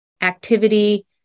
activity